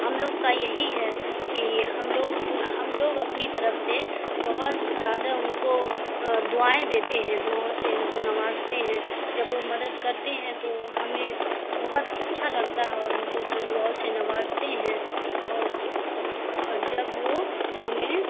ہم لوگ کا یہی ہے کہ ہم لوگ ہم لوگ اپنی طرف سے بہت زیادہ ان کو دعائیں دیتے ہیں دعاؤں سے ان کو ںوازتے ہیں جب وہ مدد کرتے ہیں تو ہمیں بہت اچھا لگتا ہے اور ان کو دعاؤں سے نوازتے ہیں اور جب وہ ہمیں